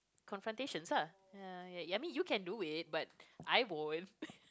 confrontation lah ya I mean you can do it but I won't